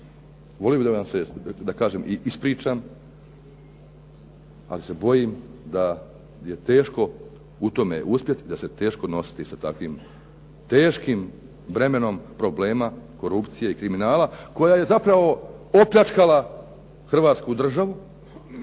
bih da vam se ispričam, ali se bojim da je teško u tome uspjeti, da se teško nositi sa takvim teškim vremenom problema, korupcije i kriminala koja je zapravo opljačkala Hrvatsku državu,